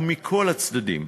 ומכל הצדדים.